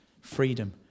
freedom